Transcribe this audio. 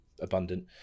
abundant